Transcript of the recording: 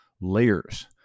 layers